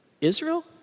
Israel